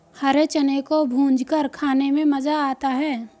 हरे चने को भूंजकर खाने में मज़ा आता है